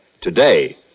today